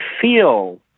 feel